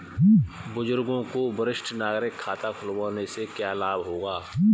बुजुर्गों को वरिष्ठ नागरिक खाता खुलवाने से क्या लाभ होगा?